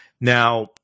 Now